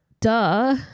duh